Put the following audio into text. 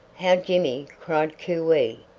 how jimmy cried cooee!